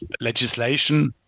Legislation